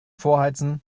vorheizen